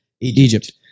Egypt